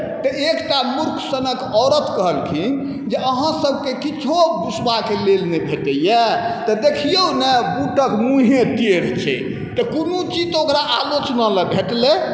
तऽ एकटा मूर्खसनके औरत कहलखिन जे अहाँसबके किछु दुसबाके लेल नहि भेटैए तऽ देखिऔ ने बूटके मुँहे टेढ़ छै तऽ कोनो चीज तऽ ओकरा आलोचनालए भेटलै